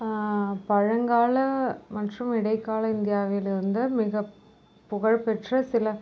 பழங்கால மற்றும் இடைகால இந்தியாவில் இருந்து மிக புகழ்பெற்ற சில